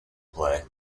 play